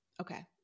Okay